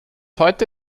heute